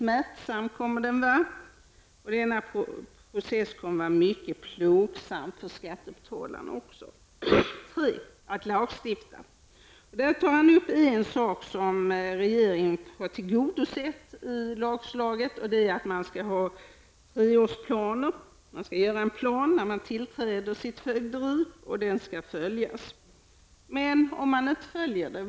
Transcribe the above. Den kommer att bli smärtsam också för skattebetalarna. Det tredje är att lagstifta. Finansministern tar där upp en sak som regeringen har tillgodosett i sitt lagförslag, nämligen att det skall upprättas flerårsplaner. Man skall upprätta en plan när man tillträder sitt fögderi, och den skall följas. Vad händer då om man inte följer den?